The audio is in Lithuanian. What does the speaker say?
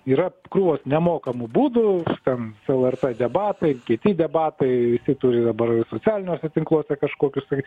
yra krūvos nemokamų būdų ten su lrt debatai ir kiti debatai visi turi dabar socialiniuose tinkluose kažkokius tai